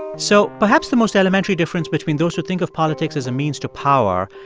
so perhaps the most elementary difference between those who think of politics as a means to power,